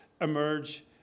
emerge